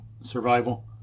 survival